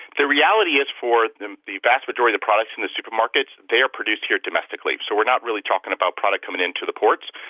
the reality is, for and the vast majority of products in the supermarkets, they are produced here domestically. so we're not really talking about product coming into the ports.